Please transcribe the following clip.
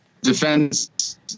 defense